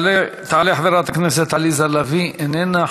תעלה חברת הכנסת עליזה לביא, איננה.